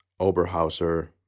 Oberhauser